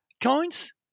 coins